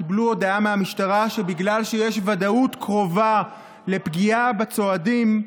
קיבלו הודעה מהמשטרה שבגלל שיש ודאות קרובה לפגיעה בצועדים,